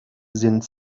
sind